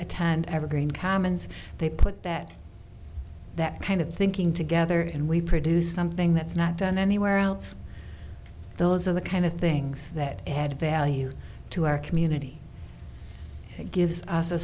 attend evergreen commons they put that that kind of thinking together and we produce something that's not done anywhere else those are the kind of things that add value to our community it gives us a